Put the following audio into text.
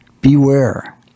beware